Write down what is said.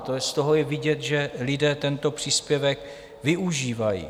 Z toho je vidět, že lidé tento příspěvek využívají.